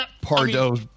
Pardo